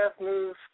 news